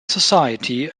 society